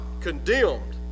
condemned